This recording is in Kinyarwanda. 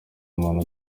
muntu